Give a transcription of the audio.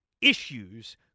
issues